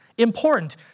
Important